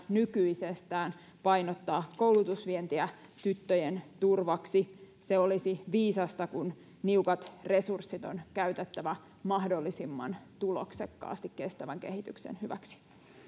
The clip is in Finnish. nykyisestään painottaa koulutusvientiä tyttöjen turvaksi se olisi viisasta kun niukat resurssit on käytettävä mahdollisimman tuloksekkaasti kestävän kehityksen hyväksi